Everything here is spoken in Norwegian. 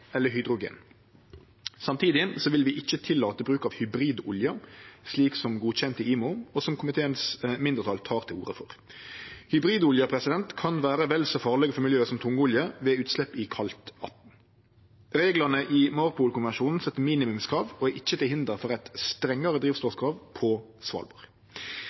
eller hydrogen. Samtidig vil vi ikkje tillate bruk av hybridolje, som er godkjend i IMO, og som mindretalet i komiteen tek til orde for. Hybridolje kan vere vel så farleg for miljøet som tungolje ved utslepp i kaldt vatn. Reglane i MARPOL-konvensjonen set minimumskrav og er ikkje til hinder for eit strengare drivstoffkrav på